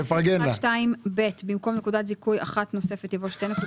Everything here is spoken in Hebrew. מי בעד ההסתייגות?